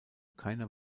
keiner